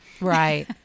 right